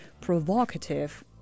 provocative